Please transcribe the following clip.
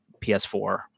PS4